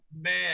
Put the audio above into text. Man